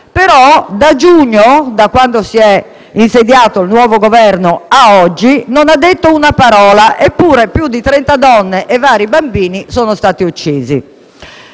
Ma da giugno, da quando si è insediato il nuovo Governo, ad oggi non ha detto una sola parola. Eppure, più di trenta donne e vari bambini sono stati uccisi.